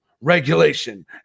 regulation